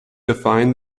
define